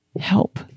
help